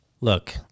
look